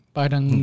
parang